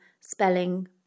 spelling